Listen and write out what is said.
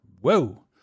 Whoa